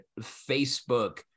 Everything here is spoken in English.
facebook